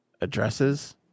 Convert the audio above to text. Addresses